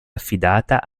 affidata